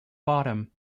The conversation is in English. bottom